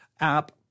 app